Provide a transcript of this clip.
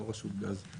לא רשות גז,